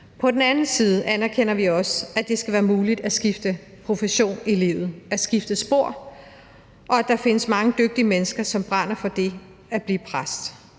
På den anden side anerkender vi også, at det skal være muligt at skifte profession i livet, at skifte spor, og at der findes mange dygtige mennesker, der brænder for det at blive præst.